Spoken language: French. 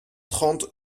trente